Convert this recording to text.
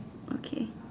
okay